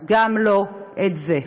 אז גם לא את זה.